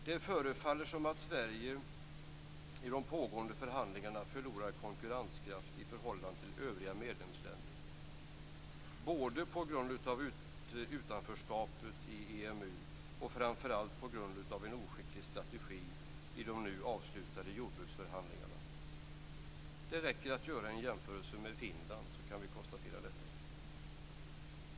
Det förefaller som att Sverige i de pågående förhandlingarna förlorar konkurrenskraft i förhållande till de övriga medlemsländerna både på grund av utanförskapet i EMU och framför allt på grund av en oskicklig strategi i de nu avslutade jordbruksförhandlingarna. Det räcker att göra en jämförelse med Finland för att konstatera detta.